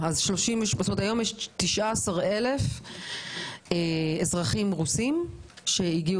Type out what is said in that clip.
זאת אומרת שהיום יש 19,000 אזרחים רוסיים שהגיעו